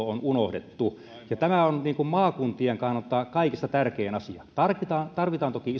on unohdettu ja tämä on maakuntien kannalta kaikista tärkein asia tarvitaan tarvitaan toki